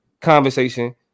conversation